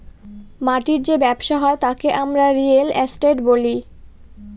মাটির যে ব্যবসা হয় তাকে আমরা রিয়েল এস্টেট বলি